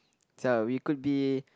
we could be